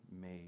made